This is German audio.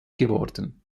geworden